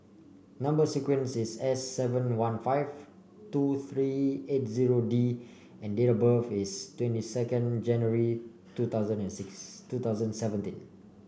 number sequence is S seven one five two three eight zero D and date of birth is twenty second January two thousand and six two thousand seventy